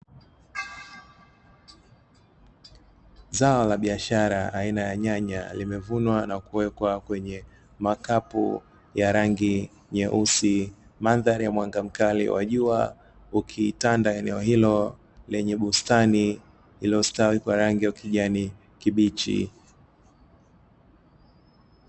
Zao la biashara aina ya nyanya limevunwa na kuwekwa kwenye makapu ya rangi nyeusi, mandhari ya mwanga mkali wa jua ukitanda eneo hilo lenye bustani iliyostawi kwa rangi ya kijani kibichi.